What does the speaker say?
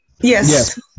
Yes